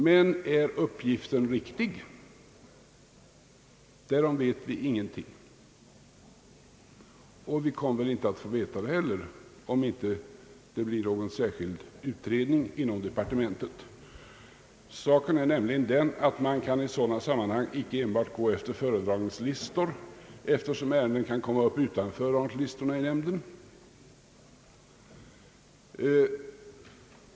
Men är uppgiften riktig? Därom vet vi ingenting, och vi kommer inte att få veta det heller, om det inte blir någon särskild utredning inom departementet. Saken är nämligen den, att man i sådana sammanhang inte kan gå enbart efter föredragningslistor, eftersom ärenden kan komma upp utanför föredragningslistorna i nämnden.